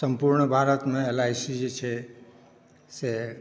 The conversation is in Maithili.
सम्पूर्ण भारतमे एल आइ सी जे छै से